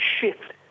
shift